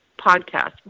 podcast